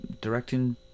directing